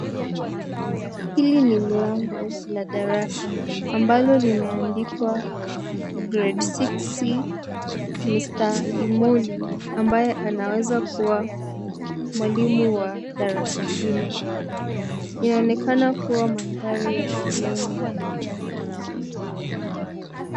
Hili ni mlango la darasa ambalo limeandikwa Grade Six C Mr. Imoli ambaye anaweza kuwa mwalimu wa darasa hilo. Inaonekana kuwa mandhari ya shuleni.